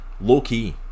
low-key